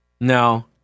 No